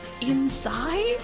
inside